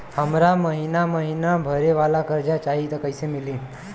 हमरा महिना महीना भरे वाला कर्जा चाही त कईसे मिली?